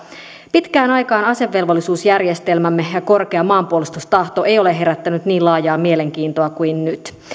pitkään aikaan asevelvollisuusjärjestelmämme ja korkea maanpuolustustahto ei ole herättänyt niin laajaa mielenkiintoa kuin nyt